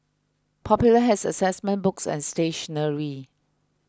Popular has assessment books and stationery